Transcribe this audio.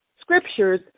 scriptures